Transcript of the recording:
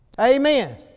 Amen